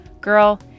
Girl